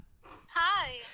hi